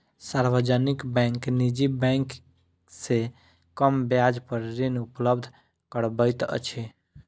सार्वजनिक बैंक निजी बैंक से कम ब्याज पर ऋण उपलब्ध करबैत अछि